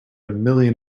million